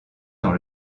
dans